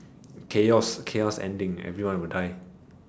chaos chaos ending everyone would die